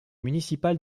municipal